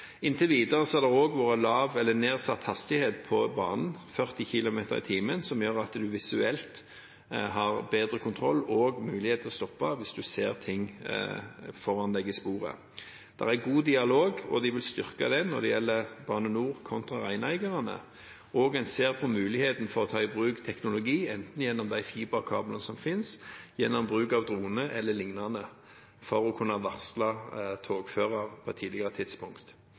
Inntil videre har det også vært lav eller nedsatt hastighet på banen, 40 km/t, som gjør at en visuelt har bedre kontroll og mulighet til å stoppe hvis en ser ting foran seg i sporet. Det er god dialog mellom Bane Nor og reineierne, og de vil styrke den. En ser også på muligheten for å ta i bruk teknologi, enten gjennom fiberkablene som finnes, eller gjennom bruk av droner eller lignende for å kunne varsle togfører på et tidligere tidspunkt.